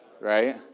right